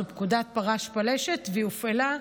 זו פקודת "פרש פלשת", והיא הופעלה,